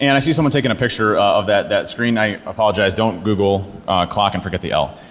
and i see someone taking a picture of that that screen. i apologize. don't google clock and forget the l.